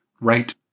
right